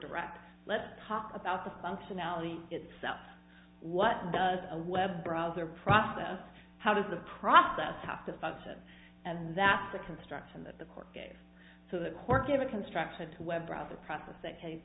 direct let's talk about the functionality itself what does a web browser process how does the process have to function and that's the construction that the court gave so the court gave a construction to web browser process that case